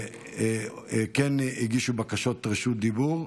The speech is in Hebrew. וכן הגישו בקשות רשות דיבור.